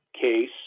case